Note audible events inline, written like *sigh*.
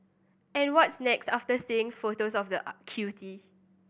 and what's next after seeing photos of the *unintelligible* cutie